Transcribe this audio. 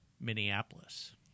Minneapolis